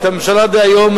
את הממשלה דהיום,